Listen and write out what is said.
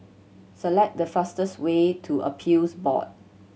select the fastest way to Appeals Board